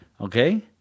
Okay